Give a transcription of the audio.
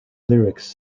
lyrics